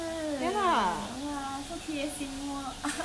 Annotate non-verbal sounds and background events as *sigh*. *laughs* orh is it